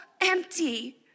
empty